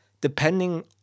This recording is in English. depending